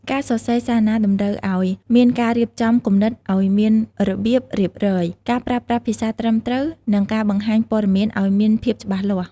ការសរសេរសារណាតម្រូវឲ្យមានការរៀបចំគំនិតឲ្យមានរបៀបរៀបរយ ការប្រើប្រាស់ភាសាត្រឹមត្រូវ និងការបង្ហាញព័ត៌មានឲ្យមានភាពច្បាស់លាស់។